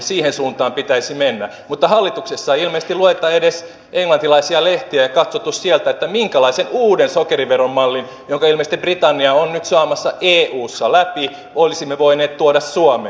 siihen suuntaan pitäisi mennä mutta hallituksessa ei ilmeisesti lueta edes englantilaisia lehtiä eikä ole katsottu sieltä minkälaisen uuden sokeriveron mallin jonka ilmeisesti britannia on nyt saamassa eussa läpi olisimme voineet tuoda suomeen